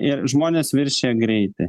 ir žmonės viršija greitį